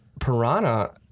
Piranha